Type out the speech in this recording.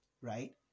right